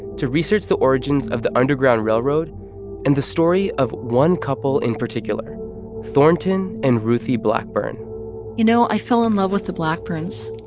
to research the origins of the underground railroad and the story of one couple in particular thornton and ruthie blackburn you know, i fell in love with the blackburns,